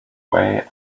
away